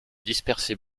dispersée